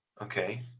Okay